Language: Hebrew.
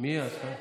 מי השר התורן?